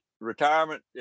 Retirement